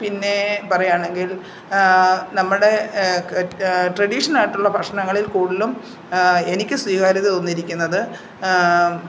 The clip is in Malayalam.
പിന്നേ പറയുകയാണെങ്കിൽ നമ്മുടെ ക് ട്രഡീഷണായിട്ടുള്ള ഭക്ഷണങ്ങളിൽ കൂടുതലും എനിക്ക് സ്വീകാര്യത തോന്നിയിരിക്കുന്നത്